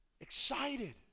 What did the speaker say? excited